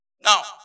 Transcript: Now